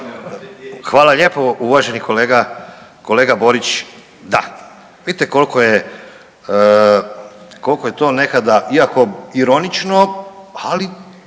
Hvala lijepo uvaženi kolega, kolega Borić, da, vidite koliko je, koliko je to nekada iako ironično ali